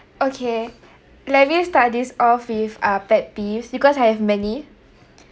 okay let us start this off with ah pet peeves because I have many